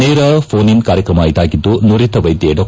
ನೇರ phone in ಕಾರ್ಯಕ್ರಮ ಇದಾಗಿದ್ದು ನುರಿತ ವೈದ್ಯೆ ಡಾ